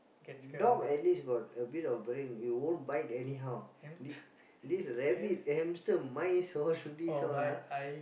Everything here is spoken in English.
dog at least got a bit of brain it won't bite anyhow th~ this rabbit hamster mice all this all ah